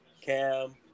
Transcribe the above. Cam